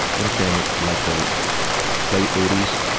would have been like the late eighty s?